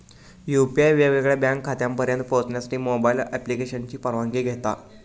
UPI वेगवेगळ्या bank खात्यांपर्यंत पोहचण्यासाठी मोबाईल ॲप्लिकेशनची परवानगी घेता